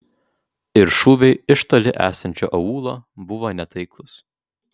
ir šūviai iš toli esančio aūlo buvo netaiklūs